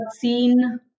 seen